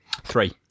Three